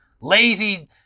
lazy